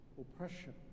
oppression